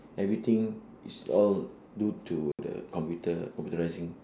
everything is all due to the computer computerising